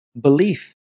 Belief